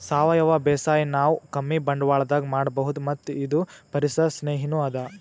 ಸಾವಯವ ಬೇಸಾಯ್ ನಾವ್ ಕಮ್ಮಿ ಬಂಡ್ವಾಳದಾಗ್ ಮಾಡಬಹುದ್ ಮತ್ತ್ ಇದು ಪರಿಸರ್ ಸ್ನೇಹಿನೂ ಅದಾ